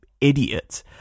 idiot